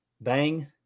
bang